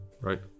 right